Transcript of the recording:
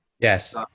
Yes